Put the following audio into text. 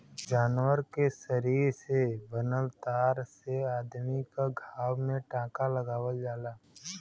जानवर के शरीर से बनल तार से अदमी क घाव में टांका लगावल जाला